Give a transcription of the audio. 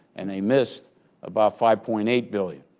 and they missed about five point eight billion.